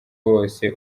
wose